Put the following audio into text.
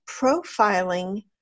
Profiling